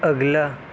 اگلا